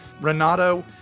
Renato